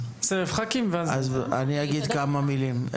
אז אני אגיד כמה מילים.